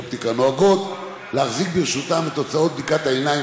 נוהגים להחזיק ברשותם את תוצאות בדיקת העיניים